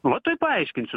va tuoj paaiškinsiu